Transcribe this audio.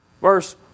Verse